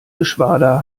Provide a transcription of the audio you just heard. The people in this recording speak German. geschwader